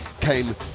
came